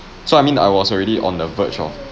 so I mean I was already on the verge of